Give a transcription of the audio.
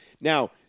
Now